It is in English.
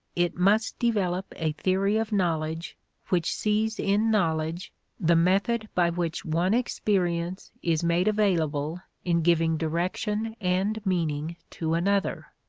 it must develop a theory of knowledge which sees in knowledge the method by which one experience is made available in giving direction and meaning to another.